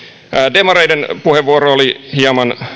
demareiden puheenvuoro oli hieman